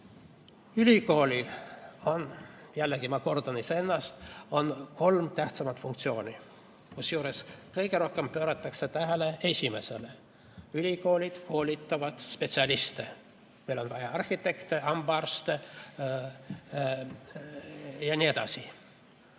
Ülikoolil on – jällegi kordan iseennast – kolm tähtsamat funktsiooni. Kusjuures kõige rohkem pööratakse tähelepanu esimesele: ülikoolid koolitavad spetsialiste. Meil on vaja arhitekte, hambaarste ja nii edasi.